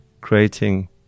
creating